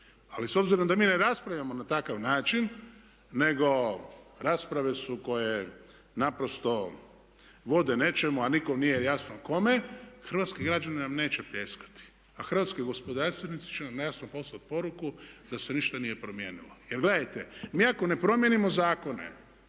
Ali s obzirom da mi ne raspravljamo na takav način nego rasprave su koje naprosto vode nečemu a nikom nije jasno kome, hrvatski građani nam neće pljeskati a hrvatski gospodarstvenici će nam jasno poslati poruku da se ništa nije promijenilo. Jer gledajte, mi ako ne promijenimo zakone